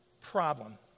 problem